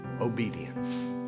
obedience